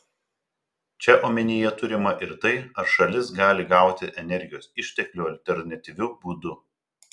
čia omenyje turima ir tai ar šalis gali gauti energijos išteklių alternatyviu būdu